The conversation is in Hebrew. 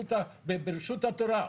ברשות התורה.